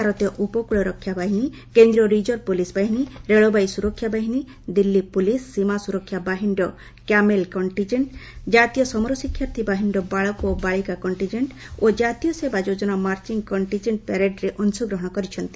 ଭାରତୀୟ ଉପକୂଳ ରକ୍ଷୀ ବାହିନୀ କେନ୍ଦ୍ରୀୟ ରିଜର୍ଭ ପୁଲିସ୍ ବାହିନୀ ରେଳବାଇ ସୁରକ୍ଷା ବାହିନୀ ଦିଲ୍ଲୀ ପୁଲିସ୍ ସୀମା ସୁରକ୍ଷା ବାହିନୀର କ୍ୟାମେଲ୍ କଷ୍ଟିଜେଣ୍ଟ୍ ଜାତୀୟ ସମର ଶିକ୍ଷାର୍ଥୀ ବାହିନୀର ବାଳକ ଓ ବାଳିକା କଣ୍ଟିଜେଣ୍ଟ୍ ଓ କାତୀୟ ସେବା ଯୋଜନା ମାର୍ଚ୍ଚିଂ କଣ୍ଟିଜେଣ୍ଟ୍ ପ୍ୟାରେଡ୍ରେ ଅଂଶଗ୍ରହଣ କରିଛନ୍ତି